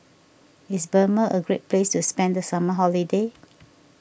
is Burma a great place to spend the summer holiday